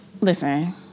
listen